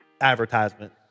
advertisement